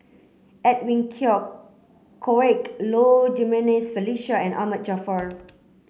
Edwin Koek Low Jimenez Felicia and Ahmad Jaafar